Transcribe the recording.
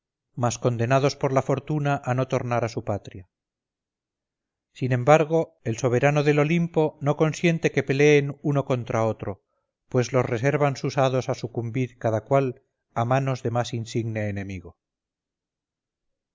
mas condenados por la fortuna a no tornar a su patria sin embargo el soberano del olimpo no consiente que peleen uno contra otro pues los reservan sus hados a sucumbir cada cual a manos de más insigne enemigo